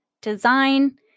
design